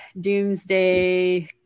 doomsday